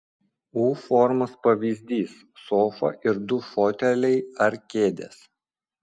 u formos pavyzdys sofa ir du foteliai ar kėdės